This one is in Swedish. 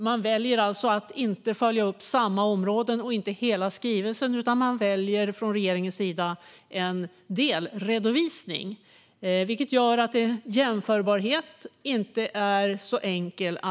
Man väljer alltså att inte följa upp samma områden och inte hela skrivelsen, utan man väljer från regeringens sida en delredovisning, vilket gör att jämförbarheten inte är så enkel.